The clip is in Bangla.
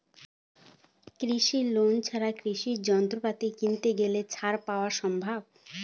কৃষি লোন ছাড়া কৃষি যন্ত্রপাতি কিনতে গেলে ছাড় পাওয়া সম্ভব?